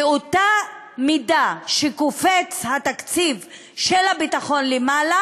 באותה מידה שקופץ התקציב של הביטחון למעלה,